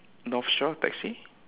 North Shore taxi